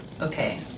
Okay